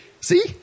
see